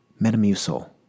Metamucil